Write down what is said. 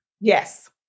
Yes